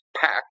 packed